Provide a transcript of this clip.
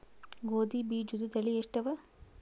ಗೋಧಿ ಬೀಜುದ ತಳಿ ಎಷ್ಟವ?